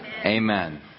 Amen